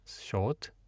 short